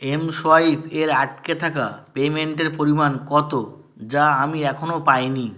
mSwipe এর আটকে থাকা পেমেন্টের পরিমাণ কতো যা আমি এখনো পাই নি